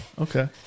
Okay